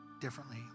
differently